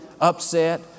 upset